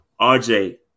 RJ